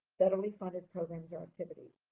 federally funded programs or activities.